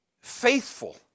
faithful